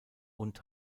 und